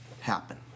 happen